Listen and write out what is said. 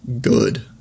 good